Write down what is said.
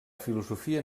filosofia